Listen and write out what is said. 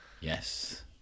Yes